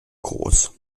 groß